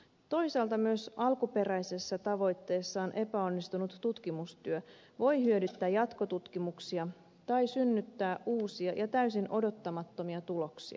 toisaalta myös alkuperäisessä tavoitteessaan epäonnistunut tutkimustyö voi hyödyttää jatkotutkimuksia tai synnyttää uusia ja täysin odottamattomia tuloksia